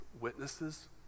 witnesses